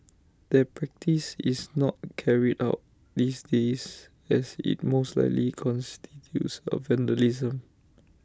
that practice is not carried out these days as IT most likely constitutes A vandalism